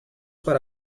para